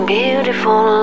beautiful